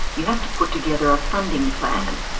you have to put together a funding plan.